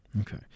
Okay